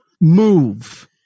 move